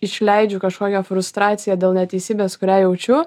išleidžiu kažkokią frustraciją dėl neteisybės kurią jaučiu